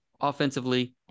offensively